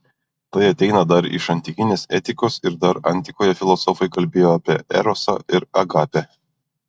tai ateina dar iš antikinės etikos ir dar antikoje filosofai kalbėjo apie erosą ir agapę